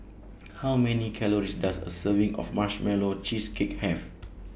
How Many Calories Does A Serving of Marshmallow Cheesecake Have